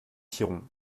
piron